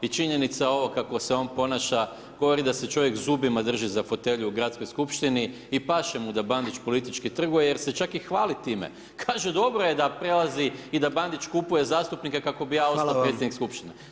I činjenica ovo kako se on ponaša, govori da se čovjek zubima drži za fotelju u Gradskoj skupštini i paše mu da Bandić politički trguje jer se čak i hvali time, kaže dobro je da prelazi i da Bandić kupuje zastupnike kako bi ja ostao predsjednik Skupštine.